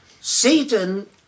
Satan